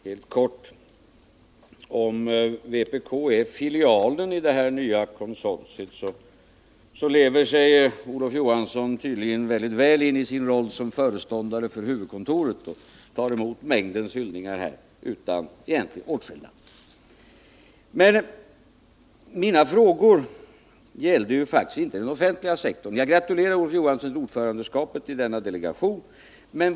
Herr talman! Om vpk är filialen i detta nya konsortium, lever Olof Johansson sig tydligen mycket väl in i sin roll som föreståndare för huvudkontoret och tar emot mängdens hyllningar utan egentlig åtskillnad. Men mina frågor gällde faktiskt inte den offentliga sektorn. Jag gratulerar Olof Johansson till ordförandeskapet i denna delegation.